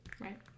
Right